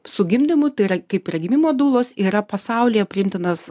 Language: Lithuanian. su gimdymu tai yra kaip yra gimimo dulos yra pasaulyje priimtinas